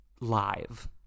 live